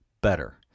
better